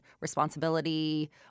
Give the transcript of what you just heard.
responsibility